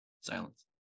silence